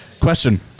question